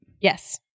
Yes